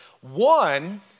One